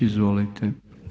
Izvolite.